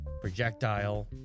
projectile